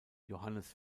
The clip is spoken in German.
johannes